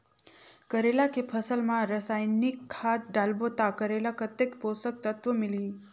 करेला के फसल मा रसायनिक खाद डालबो ता करेला कतेक पोषक तत्व मिलही?